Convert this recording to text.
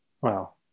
Wow